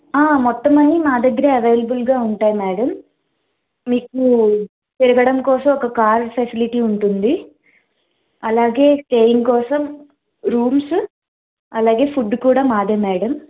ఆ మొత్తం అన్ని మా దగ్గరే అవైలబుల్ గా ఉంటాయి మ్యాడం మీకు తిరగడం కోసం ఒక కారు ఫెసిలిటీ ఉంటుంది అలాగే స్టేయింగ్ కోసం రూమ్స్ అలాగే ఫుడ్ కూడా మాదే మ్యాడం